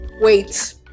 wait